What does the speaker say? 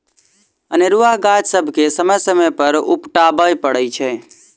अनेरूआ गाछ सभके समय समय पर उपटाबय पड़ैत छै